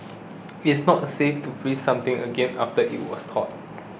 is not safe to freeze something again after it was thawed